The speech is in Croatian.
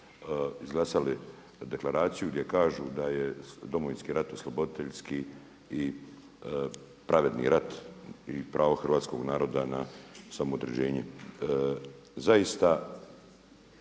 izglasali deklaraciju gdje kažu da je Domovinski rat osloboditeljski i pravedni rat i pravo hrvatskog naroda na samoodređenje. Zaista